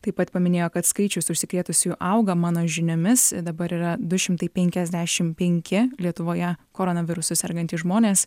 taip pat paminėjo kad skaičius užsikrėtusiųjų auga mano žiniomis dabar yra du šimtai penkiasdešimt penki lietuvoje koronavirusu sergantys žmonės